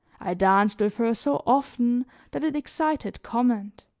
i danced with her so often that it excited comment,